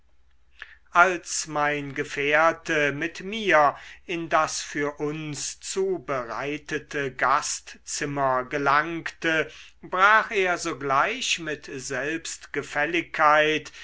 als mein gefährte mit mir in das für uns zubereitete gastzimmer gelangte brach er sogleich mit selbstgefälligkeit